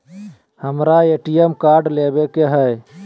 हमारा ATM card लेव के हई